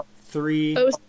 three